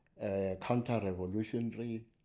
counter-revolutionary